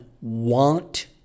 want